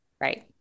Right